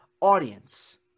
audience